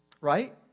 Right